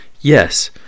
Yes